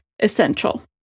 essential